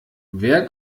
wer